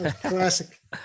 classic